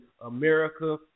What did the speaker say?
America